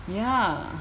ya